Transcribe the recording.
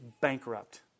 bankrupt